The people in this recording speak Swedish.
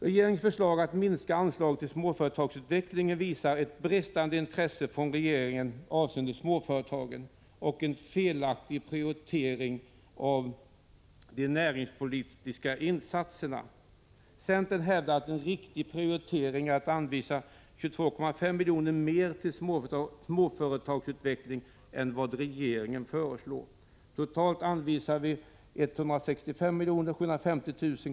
Regeringens förslag om en minskning av anslaget till småföretagsutveckling visar på ett bristande intresse för småföretagen och en felaktig prioritering av de näringspolitiska insatserna. Centern hävdar att det är en riktig prioritering att anvisa 22,5 miljoner mer till småföretagsutveckling än vad regeringen föreslår. Vi anser att totalt 165 750 000 kr.